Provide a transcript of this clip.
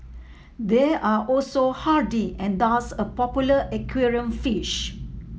they are also hardy and thus a popular aquarium fish